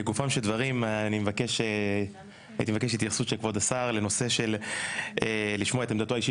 לגופם של דברים אני אבקש את התייחסות של כבוד השר לשמוע את עמדתו האישית